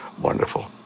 wonderful